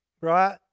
right